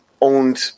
owned